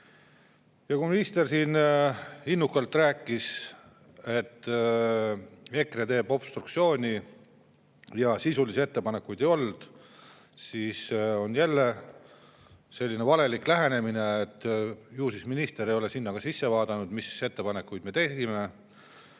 Kui minister siin innukalt rääkis, et EKRE teeb obstruktsiooni ja sisulisi ettepanekuid ei olnud, siis see on jälle selline valelik lähenemine. Ju minister ei ole sinna sisse vaadanud, mis ettepanekuid me tegime.